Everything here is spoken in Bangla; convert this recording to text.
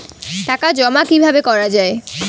টাকা জমা কিভাবে করা য়ায়?